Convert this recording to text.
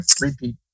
repeat